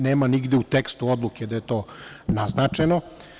Nema nigde u tekstu odluke da je to naznačeno.